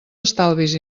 estalvis